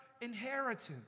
inheritance